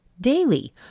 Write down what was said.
daily